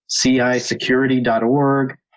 cisecurity.org